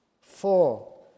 Four